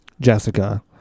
Jessica